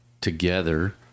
together